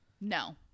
No